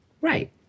Right